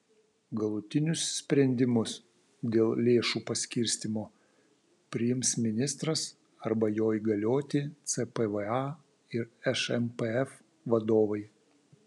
galutinius sprendimus dėl lėšų paskirstymo priims ministras arba jo įgalioti cpva ir šmpf vadovai